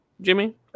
Jimmy